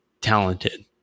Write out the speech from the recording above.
talented